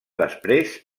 després